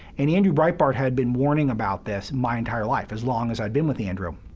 and andrew breitbart had been warning about this my entire life, as long as i'd been with andrew.